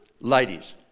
Ladies